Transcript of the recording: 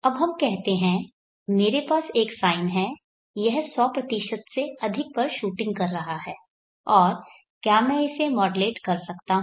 अब हम कहते हैं मेरे पास एक साइन है यह 100 से अधिक पर शूटिंग कर रहा है और क्या मैं इसे मॉड्यूलेट कर सकता हूं